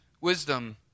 wisdom